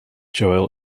joel